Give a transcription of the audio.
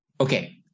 okay